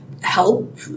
help